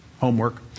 homework